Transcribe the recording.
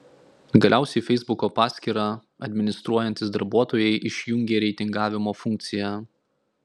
galiausiai feisbuko paskyrą administruojantys darbuotojai išjungė reitingavimo funkciją